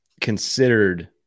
considered